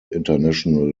international